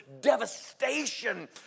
devastation